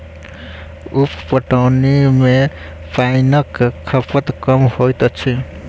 उप पटौनी मे पाइनक खपत कम होइत अछि